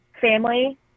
family